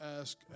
ask